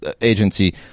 agency